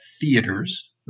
theaters